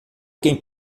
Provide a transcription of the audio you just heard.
quem